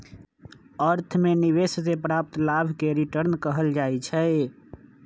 अर्थ में निवेश से प्राप्त लाभ के रिटर्न कहल जाइ छइ